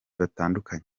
batandukanye